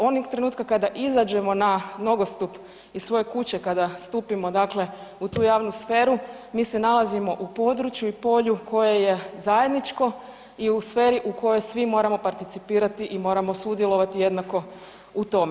Onog trenutka kada izađemo na nogostup iz svoje kuće kada stupimo dakle u tu javnu sferu mi se nalazimo u području i polju koje je zajedničko i u sferi u kojoj svi moramo participirati i moramo sudjelovati jednako u tome.